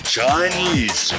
Chinese